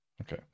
Okay